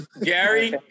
Gary